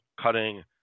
cutting